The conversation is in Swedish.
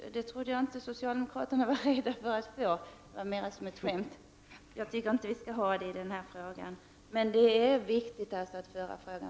I och för sig trodde jag inte att socialdemokraterna var rädda för en regeringskris — det var menat som ett skämt, jag tycker inte att vi skall ha en sådan när det gäller den här frågan.